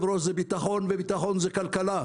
כלכלה זה בטחון ובטחון זה כלכלה,